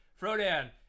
Frodan